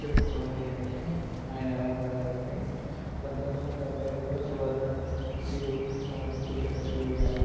చెప్పుకోవాలి అంటే ఆయన ఎలా మారారంటే పంతొమ్మిది వందల డెబ్భై ఐదులో సువర్ణన్ శివ్ కుమారు పుట్టిన సూర్య